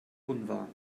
unwahr